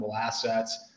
assets